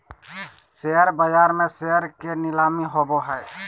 share बाज़ार में share के नीलामी होबो हइ